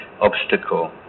obstacle